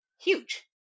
huge